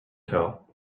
tell